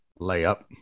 Layup